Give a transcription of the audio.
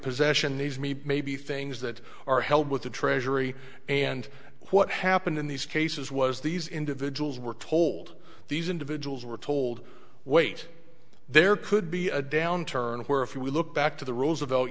possess these me may be things that are held with the treasury and what happened in these cases was these individuals were told these individuals were told wait there could be a downturn where if you look back to the roosevelt